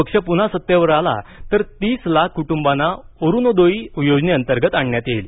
पक्ष पुन्हा सत्तेवर आला तर तीस लाख कुटुंबांना ओरुनोदोई योजनेअंतर्गत आणण्यात येईल